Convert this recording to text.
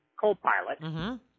co-pilot